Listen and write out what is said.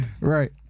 Right